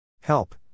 Help